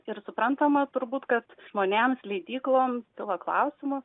ir suprantama turbūt kad žmonėms leidykloms kilo klausimų